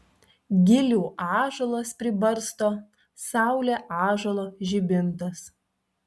gilių ąžuolas pribarsto saulė ąžuolo žibintas